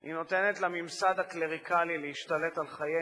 היא נותנת לממסד הקלריקלי להשתלט על חיינו